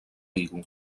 vigo